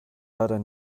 leider